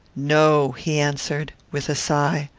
no, he answered, with a sigh.